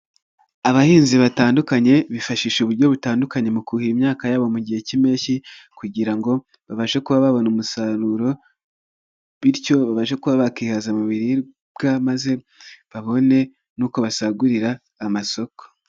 Abahinzi batandukanye bifashisha uburyo butandukanye mu kuhira imyaka yabo mu gihe cy'impeshyi kugira ngo babashe kuba babona umusaruro, bityo babashe kuba bakihaza mu biribwa, maze babone n'uko basagurira amasoko.